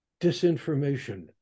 disinformation